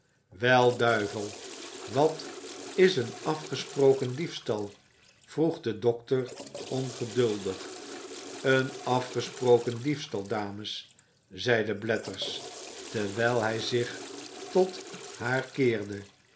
wel duivel wat is een afgesproken diefstal vroeg de dokter ongeduldig een afgesproken diefstal dames zeide blathers terwijl hij zich tot haar keerde